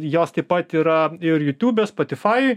jos taip pat yra ir jutiūbe spotifajuj